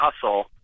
hustle